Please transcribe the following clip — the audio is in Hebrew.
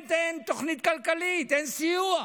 שאין תוכנית כלכלית, אין סיוע.